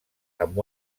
amb